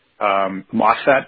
MOSFET